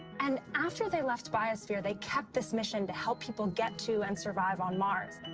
and after they left biosphere, they kept this mission to help people get to and survive on mars.